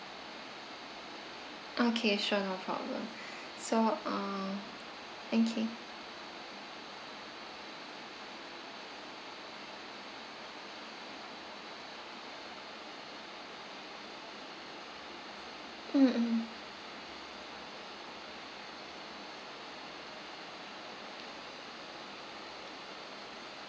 okay sure no problem so uh okay mm mm